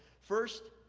first,